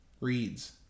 reads